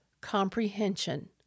comprehension